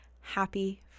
happy